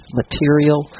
material